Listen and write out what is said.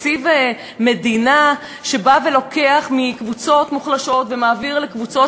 תקציב מדינה שלוקח מקבוצות מוחלשות ומעביר לקבוצות